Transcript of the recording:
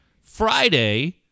Friday